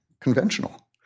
conventional